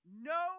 No